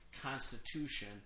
constitution